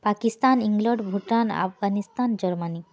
Pakistan England Bhutan Afghanistan Germany